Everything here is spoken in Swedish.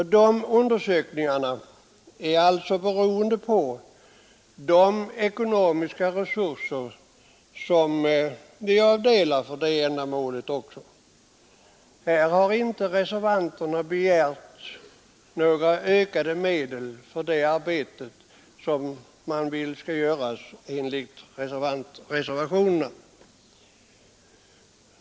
Undersökningarna är beroende av de ekonomiska resurser som vi avdelar för ändamålet. Reservanterna har inte begärt några ökade medel för det arbete som de vill skall göras.